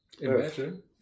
Imagine